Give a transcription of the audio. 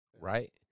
right